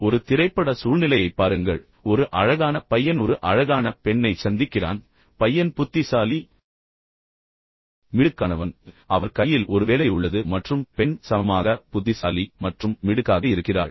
ஒரு திரைப்பட சூழ்நிலையைப் பாருங்கள் ஒரு அழகான பையன் ஒரு அழகான பெண்ணைச் சந்திக்கிறான் பையன் புத்திசாலி மிடுக்கானவன் பின்னர் அவர் கையில் ஒரு வேலை உள்ளது மற்றும் பெண் சமமாக புத்திசாலி மற்றும் மிடுக்காக இருக்கிறாள்